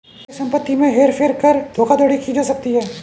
स्थायी संपत्ति में हेर फेर कर धोखाधड़ी की जा सकती है